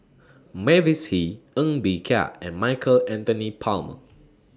Mavis Hee Ng Bee Kia and Michael Anthony Palmer